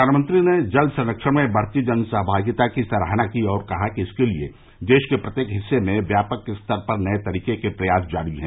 प्रधानमंत्री ने जल संरक्षण में बढ़ती जनभागिता की सराहना की और कहा कि इसके लिए देश के प्रत्येक हिस्से में व्यापक स्तर पर नए तरीके के प्रयास जारी हैं